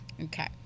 Okay